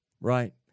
Right